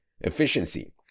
efficiency